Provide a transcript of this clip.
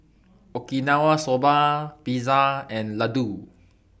Okinawa Soba Pizza and Ladoo